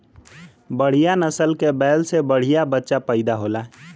बढ़िया नसल के बैल से बढ़िया बच्चा पइदा होला